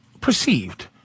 perceived